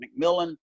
McMillan